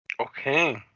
Okay